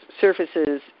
surfaces